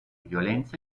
violenza